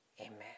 Amen